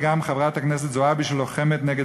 היא גם חברת הכנסת זועבי שלוחמת נגד